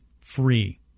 free